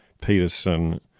Peterson